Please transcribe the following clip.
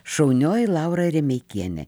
šaunioji laura remeikienė